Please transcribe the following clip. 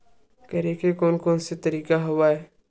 करे के कोन कोन से तरीका हवय?